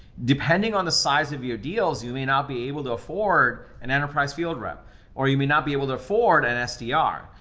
depending on the size of your deals, you may not be able to afford an enterprise field rep or you may not be able to afford an sdr.